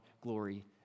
glory